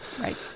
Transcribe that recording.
Right